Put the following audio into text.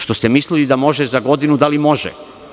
Što ste mislili za godinu, da li može?